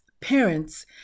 parents